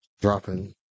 dropping